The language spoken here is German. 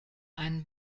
einen